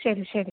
ശരി ശരി